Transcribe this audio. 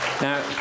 Now